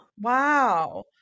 Wow